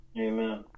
Amen